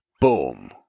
Boom